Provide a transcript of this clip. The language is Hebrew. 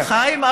חיים,